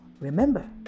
Remember